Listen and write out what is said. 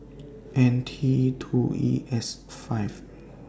N T two E S five